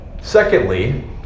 Secondly